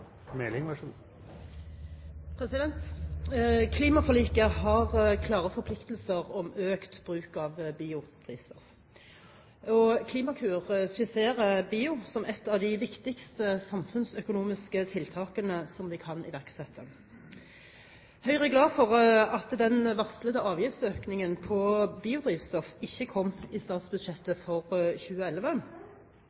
Meling – til oppfølgingsspørsmål. Klimaforliket har klare forpliktelser om økt bruk av biodrivstoff. Klimakur skisserer biodrivstoff som et av de viktigste samfunnsøkonomiske tiltakene som vi kan iverksette. Høyre er glad for at den varslede avgiftsøkningen på biodrivstoff ikke kom i statsbudsjettet